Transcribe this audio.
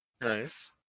Nice